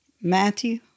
Matthew